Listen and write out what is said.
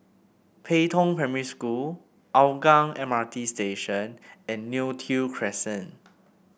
Pei Tong Primary School Hougang M R T Station and Neo Tiew Crescent